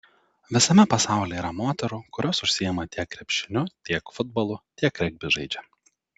visame pasaulyje yra moterų kurios užsiima tiek krepšiniu tiek futbolu tiek regbį žaidžia